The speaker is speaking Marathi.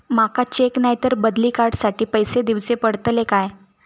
माका चेक नाय तर बदली कार्ड साठी पैसे दीवचे पडतले काय?